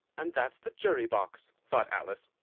and that's the jury-box, thought alice,